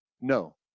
No